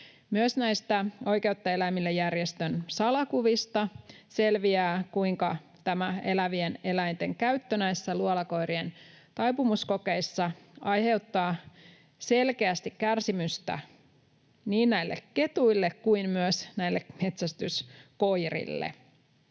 Myös näistä Oikeutta eläimille ‑järjestön salakuvista selviää, kuinka tämä elävien eläinten käyttö näissä luolakoirien taipumuskokeissa aiheuttaa selkeästi kärsimystä niin näille ketuille kuin myös näille metsästyskoirille.